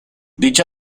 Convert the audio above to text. dicha